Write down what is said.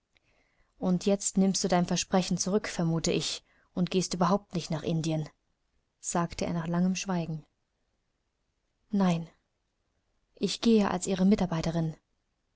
und jetzt nimmst du dein versprechen zurück vermute ich und gehst überhaupt nicht nach indien sagte er nach langem schweigen nein ich gehe als ihre mitarbeiterin